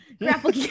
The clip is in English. Grapple